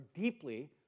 deeply